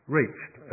reached